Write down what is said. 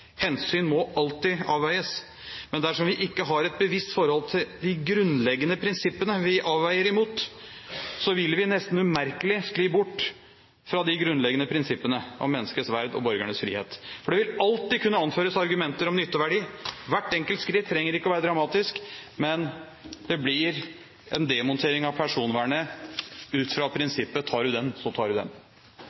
Hensyn må alltid avveies. Men dersom vi ikke har et bevisst forhold til de grunnleggende prinsippene vi avveier imot, så vil vi nesten umerkelig skli bort fra de grunnleggende prinsippene om menneskets verd og borgernes frihet, for det vil alltid kunne anføres argumenter om nytteverdi. Hvert enkelt skritt trenger ikke være dramatisk, men det blir en demontering av personvernet ut fra prinsippet «tar du den, så tar du den».